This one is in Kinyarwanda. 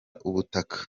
ubutaka